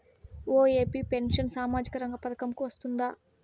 OAP pension సామాజిక రంగ పథకం కు వస్తుందా?